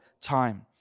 time